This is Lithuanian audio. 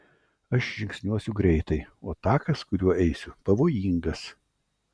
aš žingsniuosiu greitai o takas kuriuo eisiu pavojingas